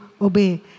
obey